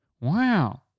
Wow